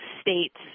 states